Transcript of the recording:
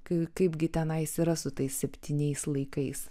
kai kaipgi tenais yra su tais septyniais laikais